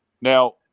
Now –